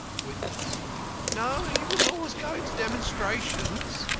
witness no, he was always goin' to demonstrations.